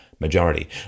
Majority